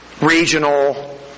regional